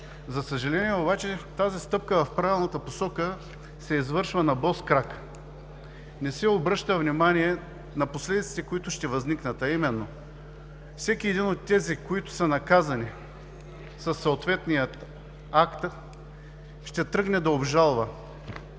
За съжаление обаче, тази стъпка в правилната посока се извършва на бос крак. Не се обръща внимание на последиците, които ще възникнат, а именно: всеки един от тези, които са наказани със съответния акт, ще тръгне да обжалва.